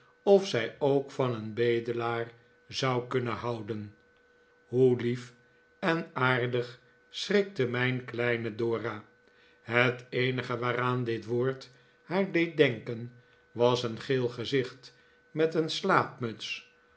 of zij ook van een bedelaar zou kunnen houden hoe lief en aardig schrikte mijn kleine dora het eenige waaraan dit woord haar deed denken was een geel gezicht met een